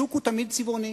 השוק תמיד צבעוני,